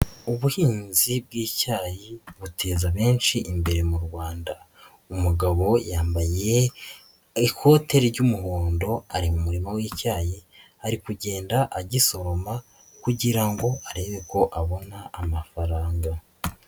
Ubuhinzi bw'icyayi buteza benshi imbere mu Rwanda, umugabo yambaye ikote ry'umuhondo ari mu murima w'icyayi ari kugenda agisoroma kugira ngo arebe uko abona amafaranga.